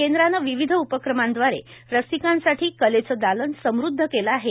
केंद्रान विविध उपक्रमाव्दारे रसिकांसाठी कलेच दालन समृध्द केल आहे